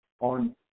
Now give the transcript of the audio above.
on